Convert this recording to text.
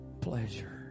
pleasure